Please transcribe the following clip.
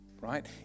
right